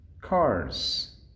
cars